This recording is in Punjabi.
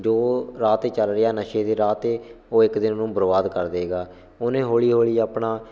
ਜੋ ਰਾਹ 'ਤੇ ਚੱਲ ਰਿਹਾ ਨਸ਼ੇ ਦੇ ਰਾਹ 'ਤੇ ਉਹ ਇੱਕ ਦਿਨ ਉਹਨੂੰ ਬਰਬਾਦ ਕਰ ਦੇਗਾ ਉਹਨੇ ਹੌਲੀ ਹੌਲੀ ਆਪਣਾ